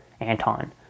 anton